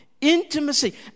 intimacy